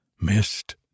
missed